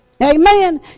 Amen